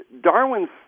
Darwin's